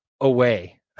away